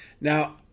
Now